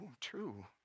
true